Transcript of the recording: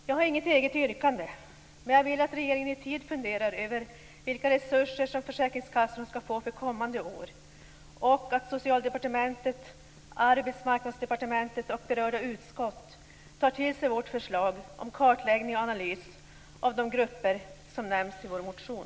Jag har inget eget yrkande, men jag vill att regeringen i tid funderar över vilka resurser som försäkringskassorna skall få för kommande år, och att Socialdepartementet, Arbetsmarknadsdepartementet och berörda utskott tar med sig vårt förslag om kartläggning och analys av de grupper som nämnts i vår motion.